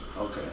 okay